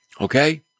Okay